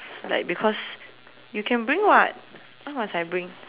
like because you can bring [what] why must I bring